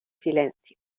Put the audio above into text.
silencio